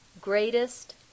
greatest